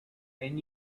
can